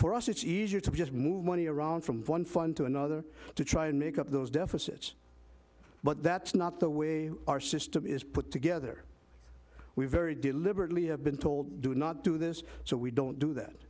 for us it's easier to just move money around from one fund to another to try and make up those deficits but that's not the way our system is put together we very deliberately have been told do not do this so we don't do that